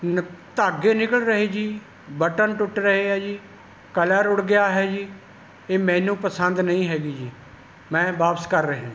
ਧਾਗੇ ਨਿਕਲ ਰਹੇ ਜੀ ਬਟਨ ਟੁੱਟ ਰਹੇ ਹੈ ਜੀ ਕਲਰ ਉੱਡ ਗਿਆ ਹੈ ਜੀ ਇਹ ਮੈਨੂੰ ਪਸੰਦ ਨਹੀਂ ਹੈਗੀ ਜੀ ਮੈਂ ਵਾਪਸ ਕਰ ਰਿਹਾਂ